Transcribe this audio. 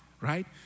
right